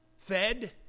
fed